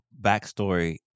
backstory